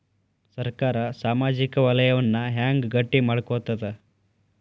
ಸರ್ಕಾರಾ ಸಾಮಾಜಿಕ ವಲಯನ್ನ ಹೆಂಗ್ ಗಟ್ಟಿ ಮಾಡ್ಕೋತದ?